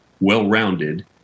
well-rounded